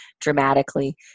dramatically